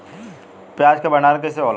प्याज के भंडारन कइसे होला?